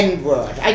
N-word